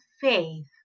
faith